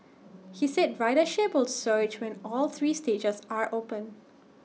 he said ridership will surge when all three stages are open